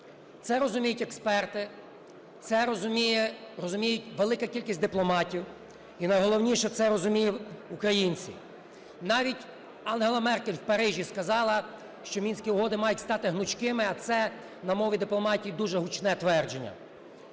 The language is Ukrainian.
Це розуміють експерти, це розуміє велика кількість дипломатів, і, найголовніше, це розуміють українці. Навіть Ангела Меркель в Парижі сказала, що Мінські угоди мають стати гнучкими, а це на мові дипломатії дуже гучне твердження.